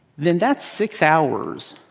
then that's six hours.